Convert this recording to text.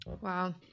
Wow